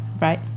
right